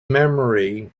memory